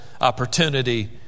opportunity